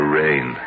rain